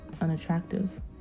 unattractive